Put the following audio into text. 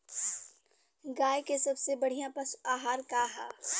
गाय के सबसे बढ़िया पशु आहार का ह?